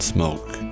Smoke